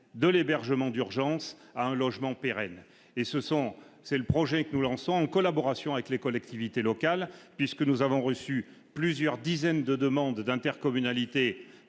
de l'hébergement d'urgence à un logement pérenne et ce sont, c'est le projet que nous lançons en collaboration avec les collectivités locales, puisque nous avons reçu plusieurs dizaines de demandes d'intercommunalité